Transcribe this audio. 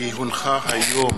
כי הונחה היום